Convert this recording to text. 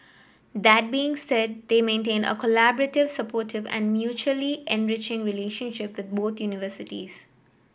that being said they maintain a collaborative supportive and mutually enriching relationship with both universities